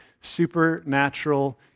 supernatural